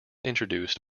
introduced